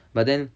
but then